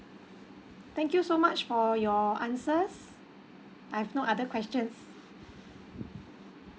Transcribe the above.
thank you so much for your answers I've no other questions